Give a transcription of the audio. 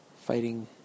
fighting